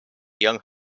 young